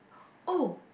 oh